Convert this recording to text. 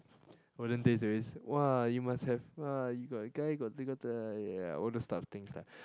olden days they always !wah! you must have !wah! you got guy got all those types of things lah